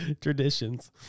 traditions